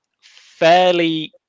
fairly